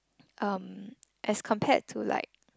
um as compared to like